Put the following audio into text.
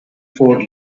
four